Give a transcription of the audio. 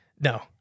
No